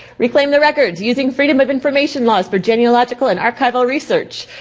reclaim the records, using freedom of information laws for genealogical and archival research.